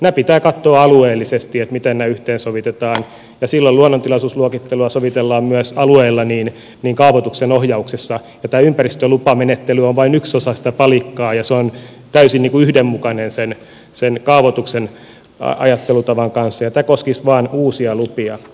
nämä pitää katsoa alueellisesti miten ne yhteensovitetaan ja silloin luonnontilaisuusluokittelua sovitellaan myös alueilla kaavoituksen ohjauksessa ja tämä ympäristölupamenettely on vain yksi osa sitä palikkaa ja se on täysin yhdenmukainen sen kaavoituksen ajattelutavan kanssa ja tämä koskisi vain uusia lupia